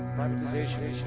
privatization